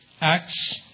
Acts